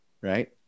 right